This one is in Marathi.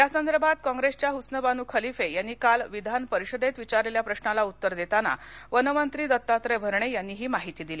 यासंदर्भातकॉप्रेसच्या हुस्नबानू खलिफे यांनी काल विधानपरिषदेत विचारलेल्या प्रशाला उत्तर देताना वनमंत्री दत्तात्रय भरणे यांनी ही माहिती दिली